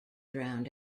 drowned